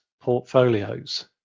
portfolios